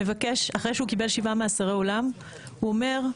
אחרי שהוא קיבל שבעה מאסרי עולם הוא אומר: